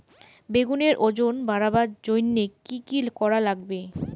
বেগুনের ওজন বাড়াবার জইন্যে কি কি করা লাগবে?